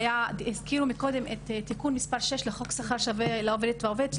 הזכירו קודם את תיקון מספר 6 לחוק שכר שווה לעובדת והעובד,